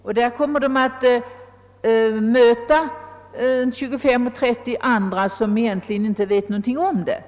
Och där möter de 25—30 andra barn, som egentligen inte vet någonting om de besvären.